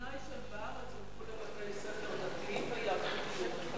בתנאי שהם בארץ ילכו לבתי-ספר דתיים ויעברו גיור מחדש.